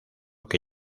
que